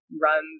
runs